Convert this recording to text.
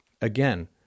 Again